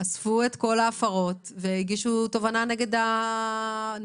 אספו את כל ההפרות והגישו תובענה נגד הבעלים.